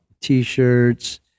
T-shirts